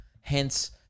hence